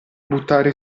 buttare